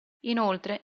inoltre